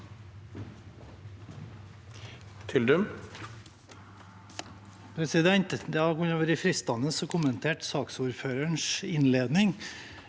Det hadde vært fristende å kommentere saksordførerens innledning